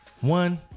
One